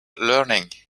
learning